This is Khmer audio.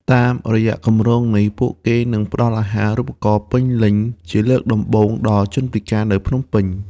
តាមរយៈគម្រោងនេះ ពួកគេនឹងផ្តល់អាហារូបករណ៍ពេញលេញជាលើកដំបូងដល់ជនពិការនៅភ្នំពេញ។